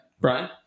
Brian